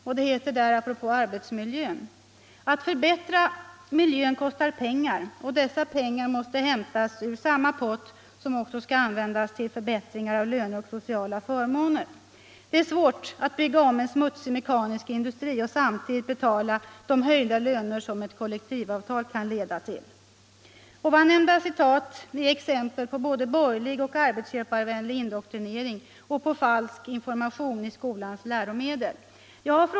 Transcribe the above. Det heter där apropå arbetsmiljön: ”att förbättra miljön kostar pengar och dessa pengar måste hämtas ur samma pott som också ska användas till förbättringar av löner och sociala förmåner. Det är svårt att bygga om en smutsig mekanisk industri och samtidigt betala de höjda löner som ett kollektivavtal kan leda till.” Ovannämnda citat är exempel på både borgerlig och arbetsköparvänlig indoktrinering och på falsk information i skolans läromedel.